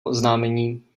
oznámení